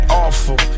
awful